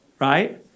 right